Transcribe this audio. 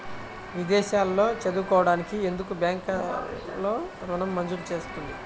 విదేశాల్లో చదువుకోవడానికి ఎందుకు బ్యాంక్లలో ఋణం మంజూరు చేస్తుంది?